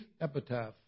epitaph